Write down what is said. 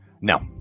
No